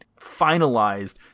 finalized